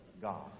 God